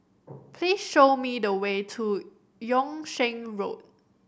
please show me the way to Yung Sheng Road